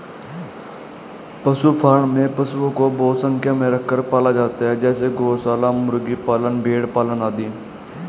पशु फॉर्म में पशुओं को बहुत संख्या में रखकर पाला जाता है जैसे गौशाला, मुर्गी पालन, भेड़ पालन आदि